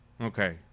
Okay